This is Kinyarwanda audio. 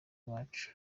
uwacu